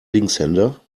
linkshänder